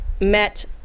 met